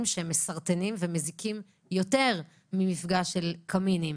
מסרטנים ומזיקים יותר ממפגע של קמין.